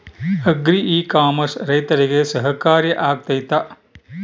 Agri e commerce ರೈತರಿಗೆ ಸಹಕಾರಿ ಆಗ್ತೈತಾ?